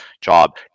job